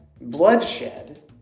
bloodshed